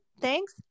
thanks